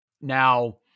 Now